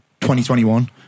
2021